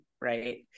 right